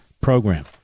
program